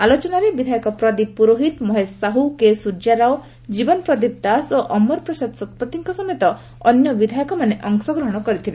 ଆଲୋଚନାରେ ବିଧାୟକ ପ୍ରଦୀପ ପୁରୋହିତ ମହେଶ ସାହୁ କେ ସୂର୍ଯ୍ୟା ରାଓ ଜୀବନ ପ୍ରଦୀପ ଦାଶ ଓ ଅମର ପ୍ରତାପ ଶତପଥୀଙ୍କ ସମେତ ଅନ୍ୟ ବିଧାୟକମାନେ ଅଂଶଗ୍ରହଶ କରିଥିଲେ